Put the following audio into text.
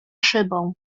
szybą